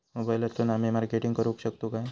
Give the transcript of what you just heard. मोबाईलातसून आमी मार्केटिंग करूक शकतू काय?